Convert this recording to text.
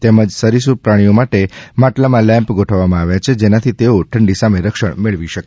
તેમજ સરિસૃપ પ્રાણીઓ માટે માટલામાં લેમ્પ ગોઠવવામાં આવ્યા છે જેનાથી તેઓ ઠંડી સામે રક્ષણ મેળવી શકે